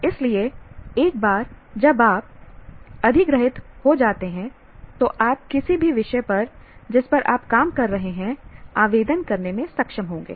इसलिए एक बार जब आप अधिग्रहित हो जाते हैं तो आप किसी भी विषय पर जिस पर आप काम कर रहे हैं आवेदन करने में सक्षम होंगे